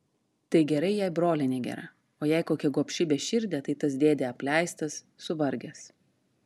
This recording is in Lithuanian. tai gerai jei brolienė gera o jei kokia gobši beširdė tai tas dėdė apleistas suvargęs